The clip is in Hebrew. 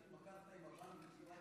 אחרי שהתמקחת עם הבנק,